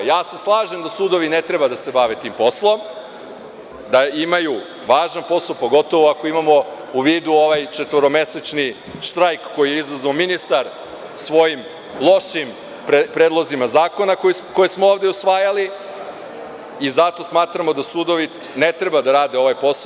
Ja se slažem da sudovi ne treba da se bave tim poslom, da imaju važan posao, pogotovo ako imamo u vidu ovaj četvoromesečni štrajk koji je izazvao ministar svojim lošim predlozima zakona koje smo ovde usvajali i zato smatramo da sudovi ne treba da rade ovaj posao.